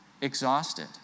exhausted